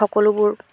সকলোবোৰ